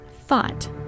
thought